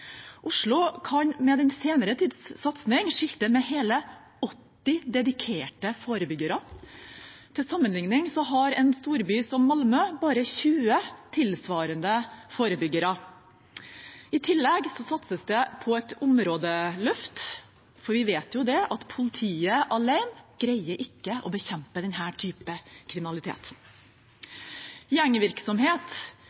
Oslo kan med den senere tids satsing skilte med hele 80 dedikerte forebyggere. Til sammenligning har en storby som Malmö bare 20 tilsvarende forebyggere. I tillegg satses det på et områdeløft, for vi vet at politiet alene greier ikke å bekjempe denne typen kriminalitet. Gjengvirksomhet er en type kriminalitet